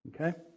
Okay